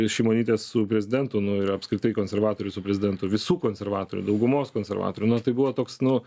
šimonytės su prezidentu nu ir apskritai konservatorių su prezidentu visų konservatorių daugumos konservatorių na tai buvo toks nu